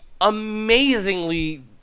amazingly